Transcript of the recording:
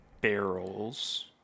barrels